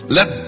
Let